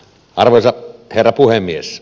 arvoisa herra puhemies